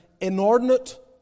inordinate